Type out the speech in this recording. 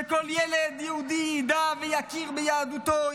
שכל ילד יהודי ידע ויכיר ביהדותו,